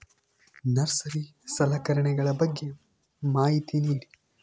Nursery ಸಲಕರಣೆಗಳ ಬಗ್ಗೆ ಮಾಹಿತಿ ನೇಡಿ?